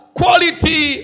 quality